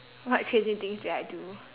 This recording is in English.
what crazy things did I do